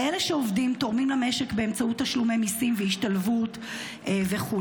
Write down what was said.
הרי אלה שעובדים תורמים למשק באמצעות תשלומי מיסים והשתלבות וכו'.